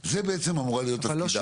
בעצם, זו אמורה להיות הנקודה.